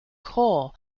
core